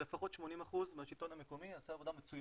לפחות 80% מהשלטון המקומי יעשה את זה בצורה מצוינת